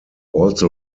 also